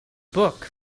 book